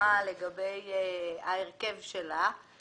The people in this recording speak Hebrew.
להסכמה לגבי ההרכב שלה.